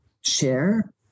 share